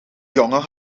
jongen